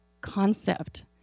concept